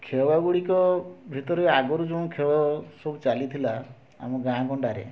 ଖେଳଗୁଡ଼ିକ ଭିତରେ ଆଗରୁ ଯେଉଁ ଖେଳସବୁ ଚାଲିଥିଲା ଆମ ଗାଁ ଗଣ୍ଡାରେ